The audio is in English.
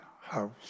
house